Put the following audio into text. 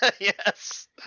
yes